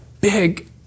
big